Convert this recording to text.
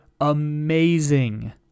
amazing